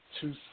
Two